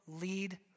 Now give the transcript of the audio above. lead